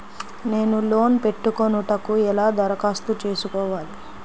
నేను లోన్ పెట్టుకొనుటకు ఎలా దరఖాస్తు చేసుకోవాలి?